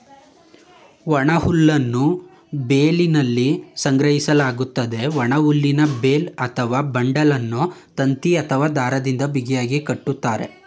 ಒಣಹುಲ್ಲನ್ನು ಬೇಲ್ನಲ್ಲಿ ಸಂಗ್ರಹಿಸಲಾಗ್ತದೆ, ಒಣಹುಲ್ಲಿನ ಬೇಲ್ ಅಥವಾ ಬಂಡಲನ್ನು ತಂತಿ ಅಥವಾ ದಾರದಿಂದ ಬಿಗಿಯಾಗಿ ಕಟ್ತರೆ